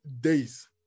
days